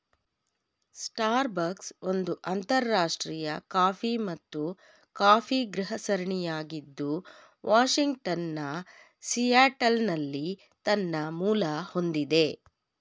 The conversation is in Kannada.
ಸ್ಟಾರ್ಬಕ್ಸ್ ಒಂದು ಅಂತರರಾಷ್ಟ್ರೀಯ ಕಾಫಿ ಮತ್ತು ಕಾಫಿಗೃಹ ಸರಣಿಯಾಗಿದ್ದು ವಾಷಿಂಗ್ಟನ್ನ ಸಿಯಾಟಲ್ನಲ್ಲಿ ತನ್ನ ಮೂಲ ಹೊಂದಿದೆ